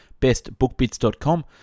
bestbookbits.com